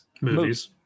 Movies